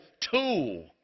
tool